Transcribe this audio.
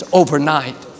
overnight